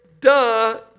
duh